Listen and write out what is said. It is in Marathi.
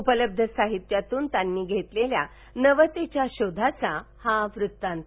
उपलब्ध साहित्यातून त्यांनी घेतलेल्या नवतेच्या शोधाचा हा वृत्तांत